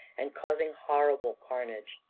and causing horrible carnage.